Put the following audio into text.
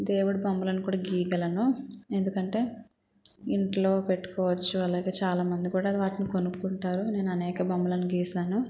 దేవుడు బొమ్మలను కూడా గీయగలను ఎందుకంటే ఇంట్లో పెట్టుకోవచ్చు అలాగే చాలామంది కూడా వాటిని కొనుక్కుంటారు నేను అనేక బొమ్మలను గీశాను